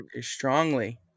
Strongly